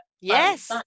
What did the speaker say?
Yes